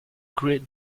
great